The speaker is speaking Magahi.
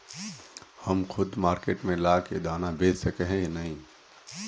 हम खुद मार्केट में ला के दाना बेच सके है नय?